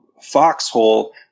foxhole